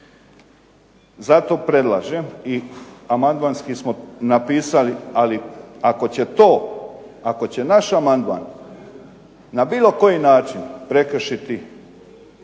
Zato predlažem i amandmanski smo napisali, ali ako će to, ako će naš amandman na bilo koji način prekršiti